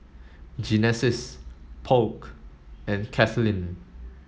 Genesis Polk and Katlynn